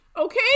okay